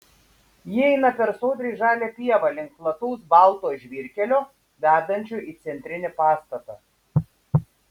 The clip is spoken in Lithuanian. jie eina per sodriai žalią pievą link plataus balto žvyrkelio vedančio į centrinį pastatą